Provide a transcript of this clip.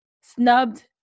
snubbed